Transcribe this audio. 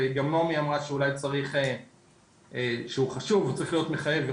וגם נעמי אמרה שהוא חשוב וצריך להיות מחייב.